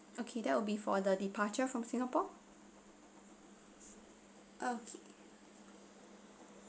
okay that will be for the departure from singapore okay